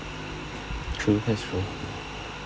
true that's true